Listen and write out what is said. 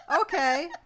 Okay